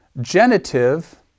genitive